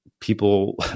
people